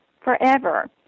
Forever